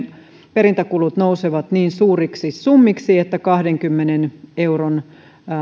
perintäkulut nousevat niin suuriksi summiksi että kahdenkymmenen euron